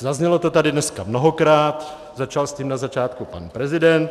Zaznělo to tady dneska mnohokrát, začal s tím na začátku pan prezident.